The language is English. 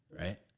Right